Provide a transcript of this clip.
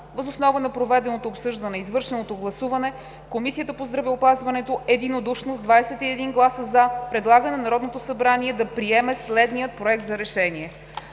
Въз основа на проведеното обсъждане и извършеното гласуване, Комисията по здравеопазването единодушно с 21 гласа „за“ предлага на Народното събрание да приеме следния „Проект! РЕШЕНИЕ